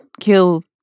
kill